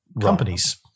companies